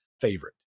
favorite